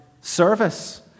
service